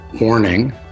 Warning